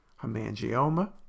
hemangioma